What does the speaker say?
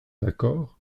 d’accord